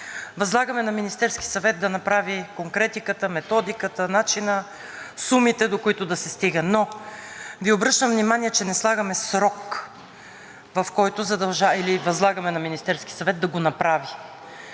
Възлагаме на Министерския съвет да направи конкретиката, методиката, начина, сумите, до които да се стига. Но Ви обръщам внимание, че не слагаме срок, в който възлагаме на Министерския съвет да го направи.